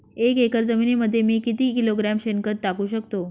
एक एकर जमिनीमध्ये मी किती किलोग्रॅम शेणखत टाकू शकतो?